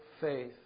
faith